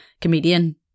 comedian